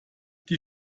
die